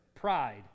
pride